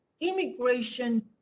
immigration